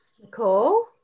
Nicole